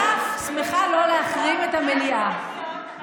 ואף שמחה שלא להחרים את המליאה.